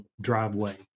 driveway